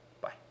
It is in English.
Bye